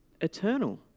eternal